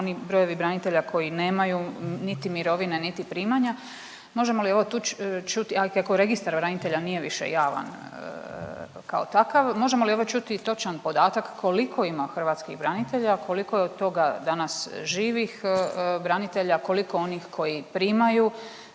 oni brojevi branitelja koji nemaju niti mirovine, niti primanja možemo li čut, a i kako registar branitelja nije više javan kao takav, možemo li čuti točan podatak koliko ima hrvatskih branitelja, koliko je od toga danas živih branitelja, koliko onih koji primaju